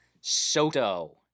soto